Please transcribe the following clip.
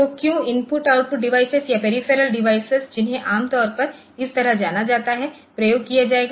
तो क्यों input output device या पेरीफेरल डिवाइस जिन्हें आमतौर पर इस तरह जाना जाता है प्रयोग किया जायेगा